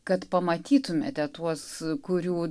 kad pamatytumėte tuos kurių